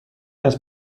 است